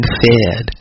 fed